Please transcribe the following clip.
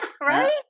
right